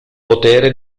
potere